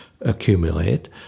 accumulate